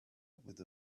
with